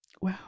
Wow